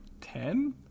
ten